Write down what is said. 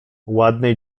ładny